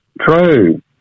True